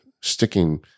sticking